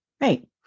Right